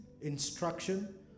instruction